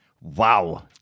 Wow